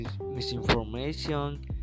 misinformation